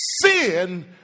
sin